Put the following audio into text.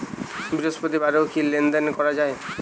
বৃহস্পতিবারেও কি লেনদেন করা যায়?